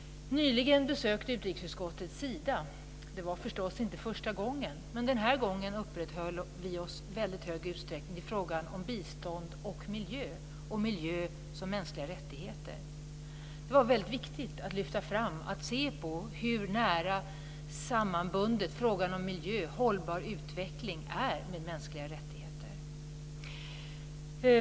Nyligen besökte utrikesutskottet Sida. Det var förstås inte första gången. Den här gången uppehöll vi oss i väldigt hög utsträckning vid frågan om bistånd och miljö, och miljö som mänskliga rättigheter. Det var väldigt viktigt att lyfta fram och se på hur nära sammanbunden frågan om miljö och hållbar utveckling är med mänskliga rättigheter.